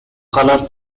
color